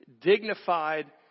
Dignified